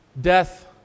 Death